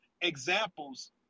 examples